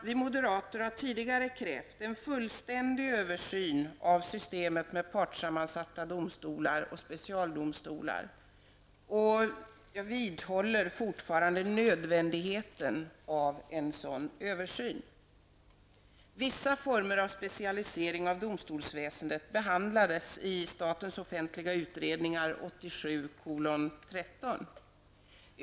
Vi moderater har tidigare krävt en fullständig översyn av systemet med partssammansatta domstolar och specialdomstolar och vidhåller fortfarande nödvändigheten av en sådan översyn. 1987:13.